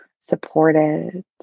supported